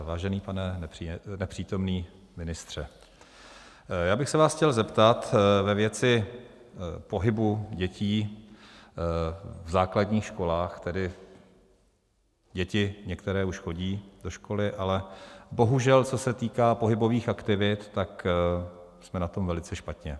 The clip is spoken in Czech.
Vážený pane nepřítomný ministře, já bych se vás chtěl zeptat ve věci pohybu dětí v základních školách tedy děti některé už chodí do školy, ale bohužel, co se týká pohybových aktivit, tak jsme na tom velice špatně.